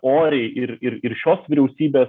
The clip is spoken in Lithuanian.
oriai ir ir ir šios vyriausybės